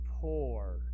poor